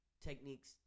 techniques